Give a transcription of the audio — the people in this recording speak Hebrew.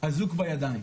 אזוק בידיים.